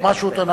מה שהוא טוען,